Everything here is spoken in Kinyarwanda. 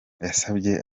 yasabye